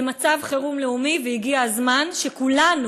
זה מצב חירום לאומי, והגיע הזמן שכולנו,